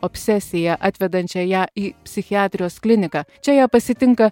obsesija atvedančią ją į psichiatrijos kliniką čia ją pasitinka